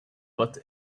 but